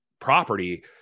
property